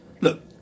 Look